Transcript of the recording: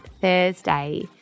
Thursday